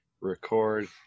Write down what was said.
record –